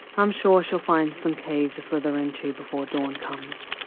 i'm sure she'll find some cave to slither into before dawn comes.